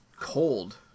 cold